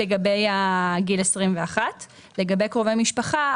זה לגבי גיל 21. לגבי קרובי משפחה,